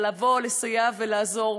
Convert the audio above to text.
על לסייע ולעזור,